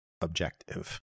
objective